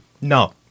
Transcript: No